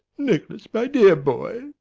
nicholas, my dear boy,